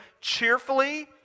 cheerfully